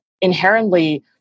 inherently